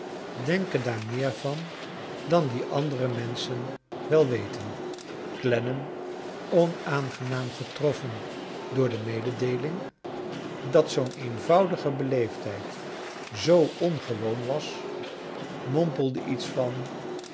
daar meer van dan die andere menschen wel weten clennam onaangenaam getroffen door de mededeeling dat zoo'n eenvoudige beleefdheid zoo ongewoon was mompelde iets van